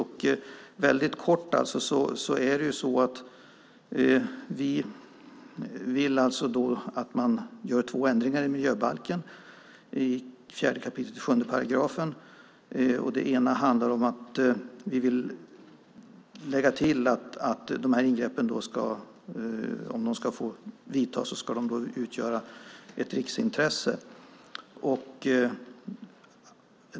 Vi vill att det görs två ändringar i miljöbalken i 4 kap. 7 §. Den ena ändringen handlar om att vi vill lägga till att om ingreppen ska få vidtas ska de utgöra ett riksintresse.